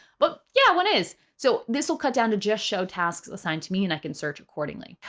but yeah, one is so this will cut down to just show tasks assigned to me and i can search accordingly.